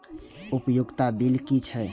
उपयोगिता बिल कि छै?